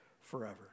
forever